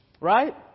Right